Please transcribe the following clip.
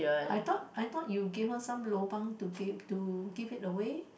I thought I thought you gave her some lobang to gave to give it away